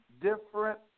different